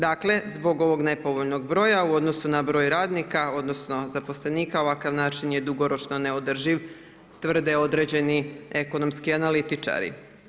Dakle, zbog ovog nepovoljnog broja u odnosu na broj radnika, odnosno zaposlenika ovakav način je dugoročno neodrživ tvrde određeni ekonomski analitičari.